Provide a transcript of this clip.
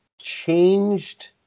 changed